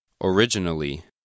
Originally